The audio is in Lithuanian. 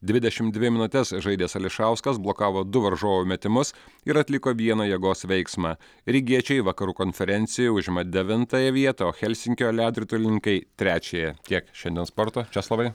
dvidešim dvi minutes žaidęs ališauskas blokavo du varžovų metimus ir atliko vieną jėgos veiksmą rygiečiai vakarų konferencijoj užima devintąją vietą helsinkio ledo ritulininkai trečiąją tiek šiandien sporto česlovai